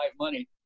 money